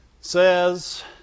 says